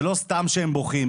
זה לא סתם שהם בוכים.